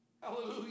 Hallelujah